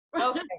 okay